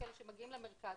יש כאלה שמגיעים למרכז,